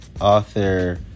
author